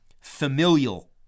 familial